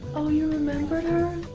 oh, you remembered her?